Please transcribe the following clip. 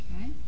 Okay